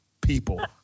people